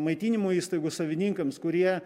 maitinimo įstaigų savininkams kurie